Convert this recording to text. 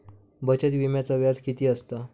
बचत विम्याचा व्याज किती असता?